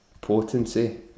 potency